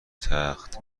تخت